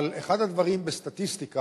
אבל אחד הדברים בסטטיסטיקה,